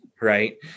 right